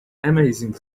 amazing